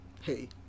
hey